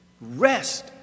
Rest